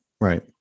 right